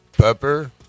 pepper